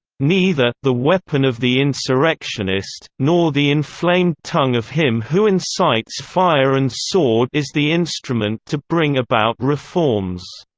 neither the weapon of the insurrectionist, nor the inflamed tongue of him who incites fire and sword is the instrument to bring about reforms.